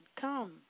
come